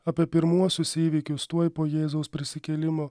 apie pirmuosius įvykius tuoj po jėzaus prisikėlimo